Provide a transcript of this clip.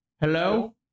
Hello